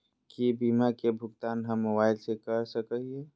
की बीमा के भुगतान हम मोबाइल से कर सको हियै?